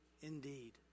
indeed